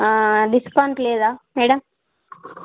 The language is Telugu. డిస్కౌంట్ లేదా మ్యాడమ్